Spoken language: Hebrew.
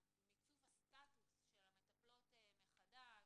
מיצוב הסטטוס של המטפלות מחדש,